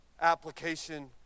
application